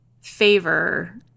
favor